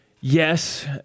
yes